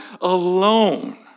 alone